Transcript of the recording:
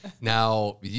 Now